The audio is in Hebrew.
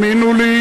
תאמינו לי